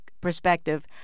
perspective